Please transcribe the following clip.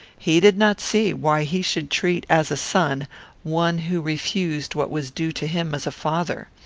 he did not see why he should treat as a son one who refused what was due to him as a father.